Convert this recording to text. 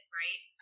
right